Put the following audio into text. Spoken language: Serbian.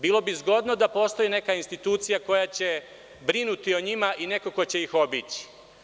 Bilo bi zgodno da postoji neka institucija koja će brinuti o njima i neko ko će ih obići.